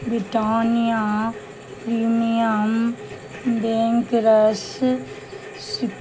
Britannia premium bake rusk C